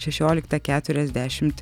šešioliktą keturiasdešimt